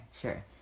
sure